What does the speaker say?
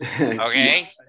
okay